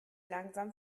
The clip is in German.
langsam